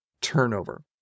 turnover